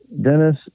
Dennis